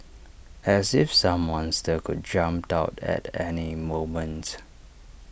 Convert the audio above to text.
as if some monster could jumps out at any moments